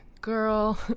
girl